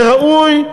זה ראוי?